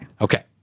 okay